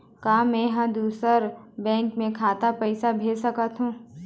का मैं ह दूसर बैंक के खाता म पैसा भेज सकथों?